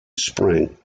spring